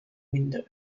windows